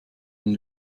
und